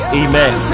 amen